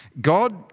God